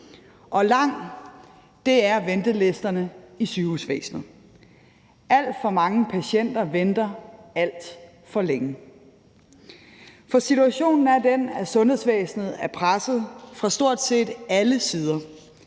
Og lange er ventelisterne i sygehusvæsenet. Alt for mange patienter venter alt for længe. For situationen er den, at sundhedsvæsenet er presset fra stort set alle sider.